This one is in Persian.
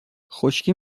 خشکی